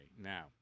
Now